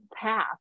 path